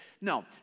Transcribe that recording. no